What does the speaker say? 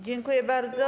Dziękuję bardzo.